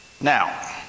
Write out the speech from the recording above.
Now